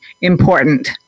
important